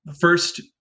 first